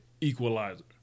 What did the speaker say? equalizer